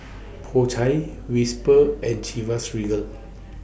Po Chai Whisper and Chivas Regal